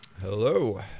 Hello